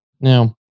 Now